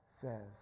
says